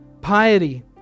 Piety